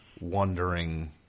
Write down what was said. wondering